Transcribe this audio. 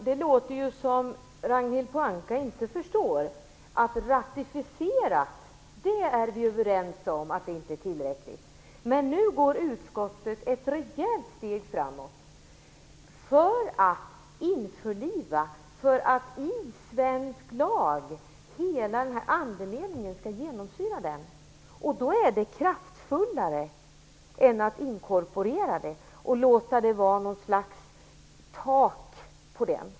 Herr talman! Det låter som om Ragnhild Pohanka inte förstår att vi är överens om att en ratificering inte är tillräcklig. Men nu går utskottet ett rejält steg framåt för att införliva barnkonventionen i svensk lag, för att hela andemeningen skall genomsyra den. Då är det kraftfullare att införliva barnkonventionen än att inkorporera den och låta den innebära något slags tak.